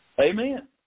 Amen